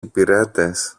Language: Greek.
υπηρέτες